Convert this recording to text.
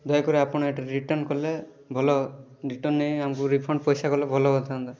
ଦୟାକରି ଆପଣ ଏଇଟା ରିଟର୍ନ କଲେ ଭଲ ରିଟର୍ନ୍ ନେଇ ଆମକୁ ରିଫଣ୍ଡ୍ ପଇସା କଲେ ଭଲ ହୋଇଥାନ୍ତା